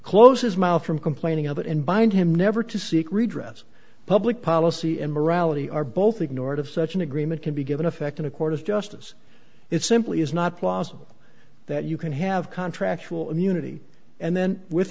close is miles from complaining of it and bind him never to seek redress public policy and morality are both ignored of such an agreement can be given effect in a court of justice it simply is not plausible that you can have contracts will immunity and then with